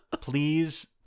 please